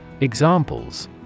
Examples